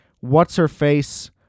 What's-her-face